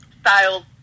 style's